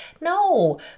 no